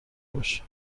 باشه